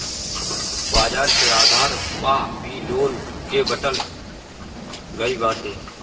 बाजार के आधार पअ भी लोन के बाटल गईल बाटे